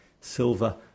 Silver